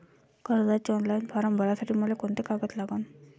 कर्जाचे online form भरासाठी मले कोंते कागद लागन?